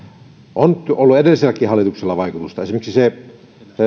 on ollut edelliselläkin hallituksella vaikutusta esimerkiksi